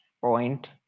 point